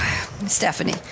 Stephanie